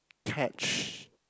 catch